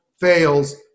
fails